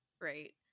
right